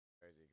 crazy